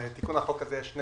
בתיקון לחוק הזה יש שני